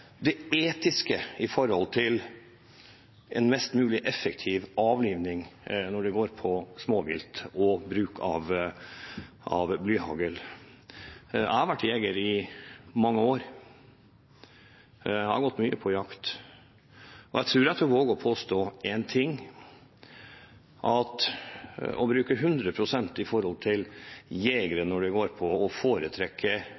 en mest mulig effektiv avlivning av småvilt, og bruk av blyhagl. Jeg har vært jeger i mange år. Jeg har gått mye på jakt, og jeg tror jeg våger å påstå én ting: At 100 pst. av jegerne foretrekker blyhagl, er kanskje å ta noe for hardt i, men at 80–85 pst. av dem som jakter, foretrekker blyhagl på